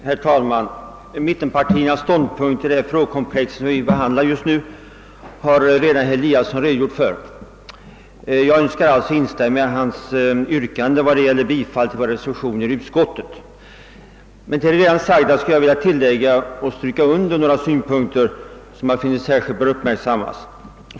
Herr talman! Mittpartiernas ståndpunkt till det frågekomplex som vi nu diskuterar har herr Eliasson i Sundborn redan angivit. Jag ber att få instämma i hans yrkande om bifall till de reservationer vi fogat till utskottsutlåtandet. Utöver det som redan sagts i debatten vill jag stryka under några synpunkter som enligt min mening särskilt bör uppmärksammas.